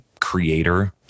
creator